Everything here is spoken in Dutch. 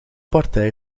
partij